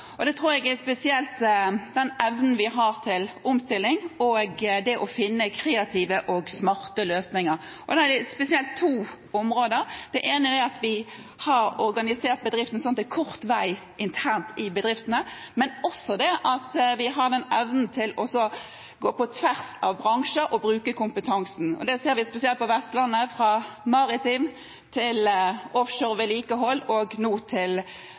og det tror jeg er spesielt den evnen vi har til omstilling og til det å finne kreative og smarte løsninger. Dette gjelder spesielt to områder. Det ene er at vi har organisert bedriftene slik at det er kort vei internt i bedriftene, men også det at vi har evnen til å gå på tvers av bransjer og å bruke kompetansen. Dette ser vi spesielt på Vestlandet – fra maritim næring til offshore vedlikehold, og nå til